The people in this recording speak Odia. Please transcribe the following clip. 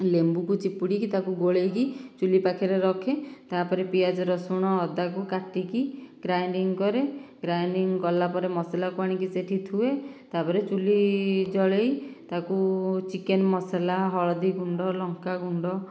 ଲେମ୍ବୁକୁ ଚିପୁଡ଼ିକି ତାକୁ ଗୋଳାଇକି ଚୁଲି ପାଖରେ ରଖେ ତାପରେ ପିଆଜ ରସୁଣ ଅଦାକୁ କାଟିକି ଗ୍ରାଇଂଡିଙ୍ଗ କରେ ଗ୍ରାଇଂଡିଙ୍ଗ କଲାପରେ ମସଲାକୁ ଆଣିକି ସେଠି ଥୁଏ ତାପରେ ଚୁଲି ଜଳାଇ ତାକୁ ଚିକେନ ମସଲା ହଳଦୀଗୁଣ୍ଡ ଲଙ୍କାଗୁଣ୍ଡ